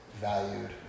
valued